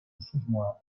usmoa